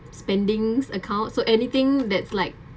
spendings account so anything that's like